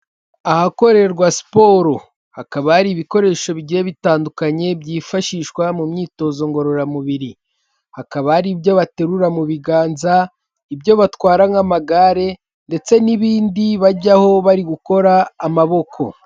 Ahakorerwa siporo, hakaba hari ibikoresho bigiye bitandukanye byifashishwa mu myitozo ngororamubiri, hakaba ari ibyo baterura mu biganza, ibyo batwara nk'amagare ndetse n'ibindi bajyaho bari gukora amaboko.